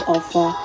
Offer